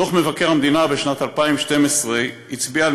דוח מבקר המדינה בשנת 2012 הצביע על